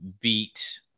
beat